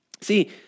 See